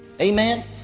Amen